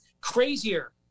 crazier